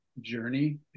journey